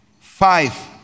five